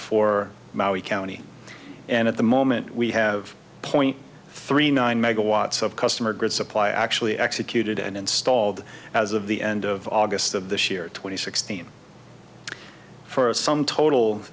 for maui county and at the moment we have a point three nine megawatts of customer good supply actually executed and installed as of the end of august of this year twenty sixteen for a sum total